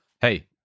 Hey